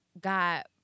got